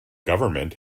government